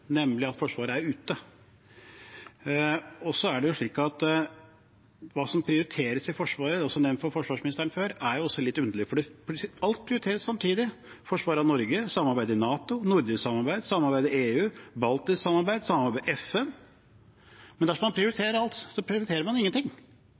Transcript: nemlig at Forsvaret er ute. Hva som prioriteres i Forsvaret – jeg har også nevnt det for forsvarsministeren før – er også litt underlig, for alt prioriteres samtidig: forsvaret av Norge, samarbeidet i NATO, nordisk samarbeid, samarbeid i EU, baltisk samarbeid, samarbeid i FN. Men dersom man